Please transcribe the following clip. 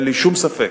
אין לי שום ספק.